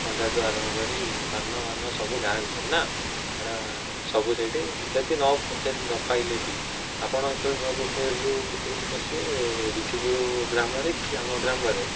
ଥଣ୍ଡା ଠୁ ଆରମ୍ଭ କରି ପାନ ଫାନ ସବୁ ଗାଁ ଭିତରେ ନା ଏଇଟା ସବୁ ସେଇଠି ଯଦି ନ ପଚାରି ନପାଇଲେ ବି ଆପଣ ଯେତେବେଳେ ନୂଆ ପୋଖରୀରୁ ଭିତରକୁ ପଶିବେ ବିକିପୁର ଗ୍ରାମରେ କି ଆମ ଗ୍ରାମରେ